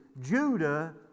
Judah